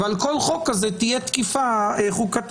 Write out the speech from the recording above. ועל כל חוק כזה תהיה תקיפה חוקתית,